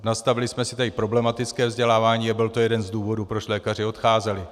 Nastavili jsme si tady problematické vzdělávání a byl to jeden z důvodů, proč lékaři odcházeli.